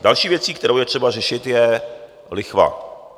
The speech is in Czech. Další věcí, kterou je třeba řešit, je lichva.